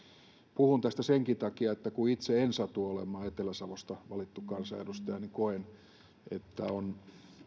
puhun tästä senkin takia kun itse en satu olemaan etelä savosta valittu kansanedustaja että koen että on